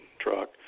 truck